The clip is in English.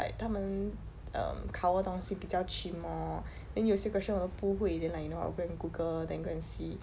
like 他们 um cover 东西比较 chim lor then 有些 question 我都不会 then like you know I will go and google then go and see